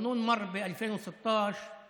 החוק עבר בקריאה טרומית ב-2016,